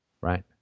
right